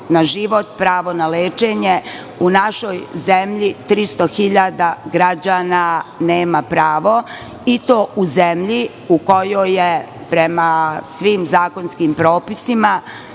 pravo na lečenje, u našoj zemlji 300.000 građana nema pravo, i to u zemlji u kojoj je prema svim zakonskim propisima